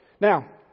Now